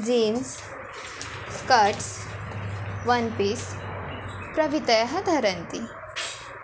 jeans skirts one piece प्रवितयः धरन्ति